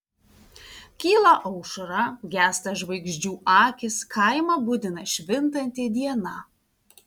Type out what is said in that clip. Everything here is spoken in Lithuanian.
kyla aušra gęsta žvaigždžių akys kaimą budina švintanti diena